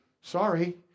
Sorry